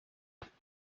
asked